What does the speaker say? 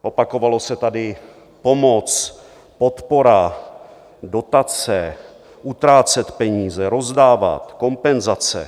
Opakovalo se tady pomoc, podpora, dotace, utrácet peníze, rozdávat, kompenzace.